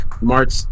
March